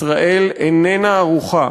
ישראל איננה ערוכה